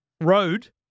Road